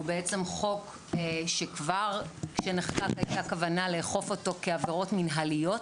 הוא בעצם חוק שכבר כשנחקק הייתה כוונה לאכוף אותו כעבירות מנהליות,